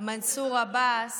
מנסור עבאס,